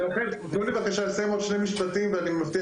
תנו לי בבקשה לסיים עוד שני משפטים ואני מבטיח,